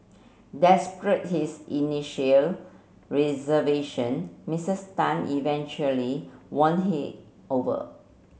his initial reservation Misses Tan eventually won he over